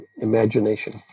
imagination